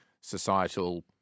societal